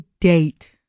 date